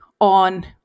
on